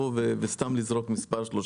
90 ימים מאז שהוא מגיש את הבקשה.